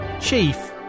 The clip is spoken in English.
Chief